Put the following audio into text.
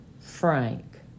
Frank